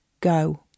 go